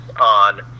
on